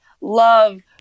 love